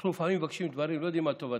אנחנו לפעמים מבקשים דברים, לא יודעים מה טובתנו.